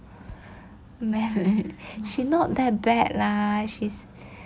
she not that bad lah she is